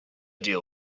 deal